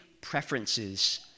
preferences